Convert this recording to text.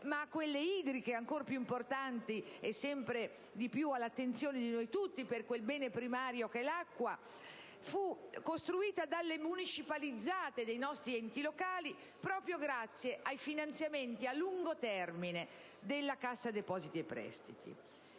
e quelle idriche (ancor più importanti e sempre più all'attenzione di noi tutti, per quel bene primario che è l'acqua) furono costruite dalle municipalizzate dei nostri enti locali proprio grazie ai finanziamenti a lungo termine della Cassa depositi e prestiti,